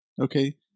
Okay